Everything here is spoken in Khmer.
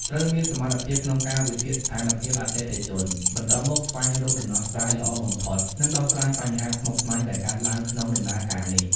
ត្រូវមានសមត្ថភាពក្នុងកាវិភាគស្ថានភាពអតិថិជន បន្ទាប់មកស្វែងរកដំណោះស្រាយល្អបំផុត និងដោះស្រាយបញ្ហាស្មុគស្មាញដែលកើតឡើងក្នុងដំណើរការនេះ។